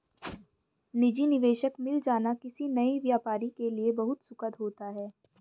निजी निवेशक मिल जाना किसी नए व्यापारी के लिए बहुत सुखद होता है